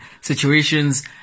situations